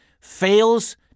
fails